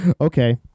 Okay